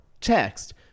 text